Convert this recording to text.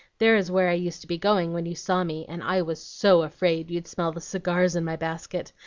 there is where i used to be going when you saw me, and i was so afraid you'd smell the cigars in my basket.